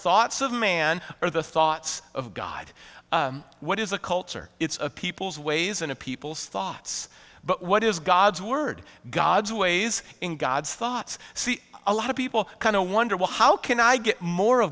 thoughts of man or the thoughts of god what is a culture it's of people's ways in a people's thoughts but what is god's word god's ways in god's thoughts see a lot of people kind of wonder well how can i get more of